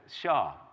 Shah